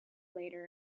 later